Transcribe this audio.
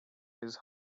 his